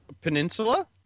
peninsula